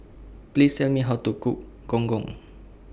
Please Tell Me How to Cook Gong Gong